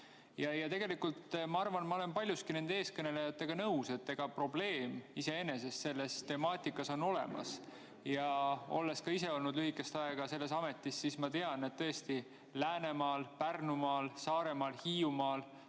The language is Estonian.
Tegelikult ma arvan, ma olen paljuski nende eestkõnelejatega nõus, et probleem iseenesest selles temaatikas on olemas. Olles ka ise olnud lühikest aega selles ametis, ma tean, et tõesti Läänemaal, Pärnumaal, Saaremaal ja Hiiumaal